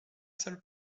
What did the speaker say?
seul